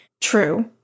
true